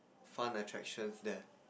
fun attractions there